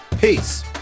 Peace